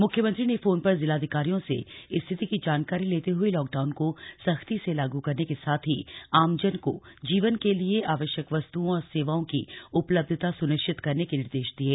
म्ख्यमंत्री ने फोन पर जिलाधिकारियों से स्थिति की जानकारी लेते ह्ए लॉकडाऊन को सख्ती से लागू करने के साथ ही आमजन को जीवन के लिए आवश्यक वस्त्ओं और सेवाओं की उपलब्धता सुनिश्चित करने के निर्देश दिये